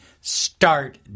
start